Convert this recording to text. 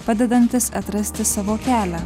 padedantis atrasti savo kelią